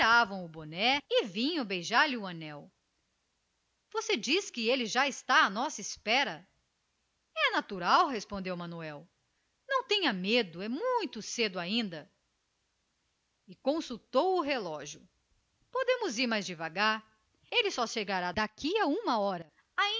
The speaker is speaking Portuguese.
de boné na mão beijar-lhe o anel você diz que ele já está à nossa espera é natural respondeu manuel não tenha medo é muito cedo ainda e consultou o relógio podemos ir mais devagar ele só chegará daqui a uma hora